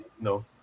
no